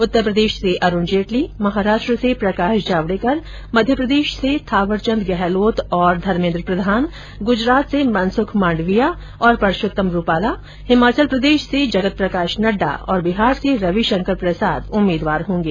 उत्तरप्रदेश से अरूण जेटली महाराष्ट्र से प्रकाश जावडेकर मध्यप्रदेश से थावरचन्द गहलोत और धर्मेन्द्र प्रधान गुजरात से मनसुख माण्डविया और परषोत्तम रूपाला हिमाचल प्रदेश से जगत प्रकाश नइडा और बिहार से रवि शंकर प्रसाद उम्मीदवार होंगे